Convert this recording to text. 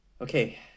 Okay